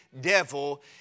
devil